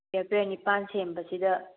pair ꯄꯤꯌꯔ ꯅꯤꯄꯥꯟ ꯁꯦꯝꯕꯁꯤꯗ